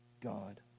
God